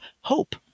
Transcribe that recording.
hope